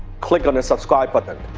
click on the subscribe button.